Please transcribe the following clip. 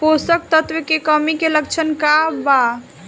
पोषक तत्व के कमी के लक्षण का वा?